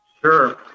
Sure